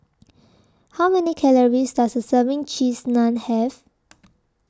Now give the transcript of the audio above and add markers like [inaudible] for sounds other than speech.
How Many Calories Does A Serving Cheese Naan Have [noise]